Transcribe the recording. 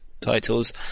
titles